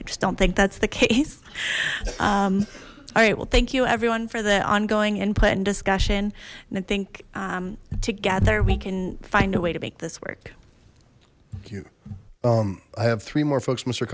i just don't think that's the case all right well thank you everyone for the ongoing input and discussion and i think together we can find a way to make this work i have three more folks mister